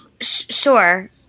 Sure